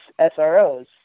SROs